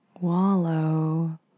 wallow